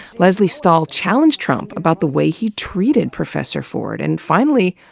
leslie stahl challenged trump about the way he treated professor ford. and finally,